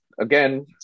again